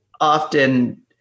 often